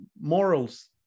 morals